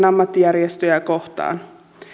ammattijärjestöjä kohtaan